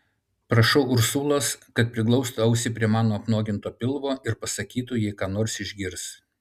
prašau ursulos kad priglaustų ausį prie mano apnuoginto pilvo ir pasakytų jei ką nors išgirs